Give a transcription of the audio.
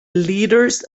leaders